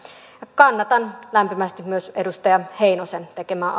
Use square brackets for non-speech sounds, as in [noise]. kannatan lämpimästi myös edustaja heinosen tekemää [unintelligible]